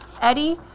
Eddie